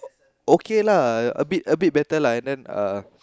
okay lah a bit a bit better lah and then uh